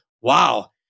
wow